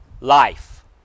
life